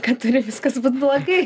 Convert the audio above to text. kad turi viskas būt blogai